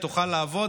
היא תוכל לעבוד,